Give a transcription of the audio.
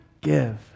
give